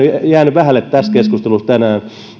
jäänyt vähälle tässä keskustelussa tänään